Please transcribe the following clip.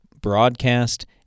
broadcast